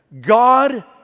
God